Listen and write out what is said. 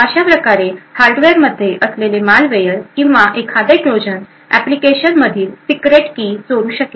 अशाच प्रकारे हार्डवेअरमध्ये असलेले मालवेयर किंवा एखादे ट्रोजन एप्लिकेशन मधील सिक्रेट की चोरू शकेल